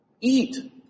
Eat